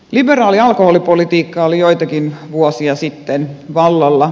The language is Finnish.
liberaali alkoholipolitiikka oli joitakin vuosia sitten vallalla